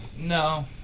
No